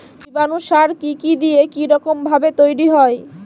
জীবাণু সার কি কি দিয়ে কি রকম ভাবে তৈরি হয়?